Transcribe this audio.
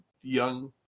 young